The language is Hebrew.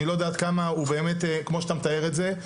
אני לא יודע עד כמה הוא באמת כמו שאתה מתאר את זה,